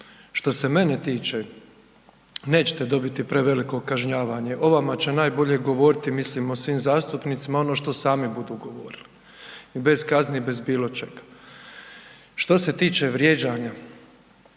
što se mene tiče, nećete dobiti preveliko kažnjavanje, o vama će najbolje govoriti, mislim o svim zastupnicima ono što sami budu govorili i bez kazni i bez bilo čega. Što se tiče vrijeđanja,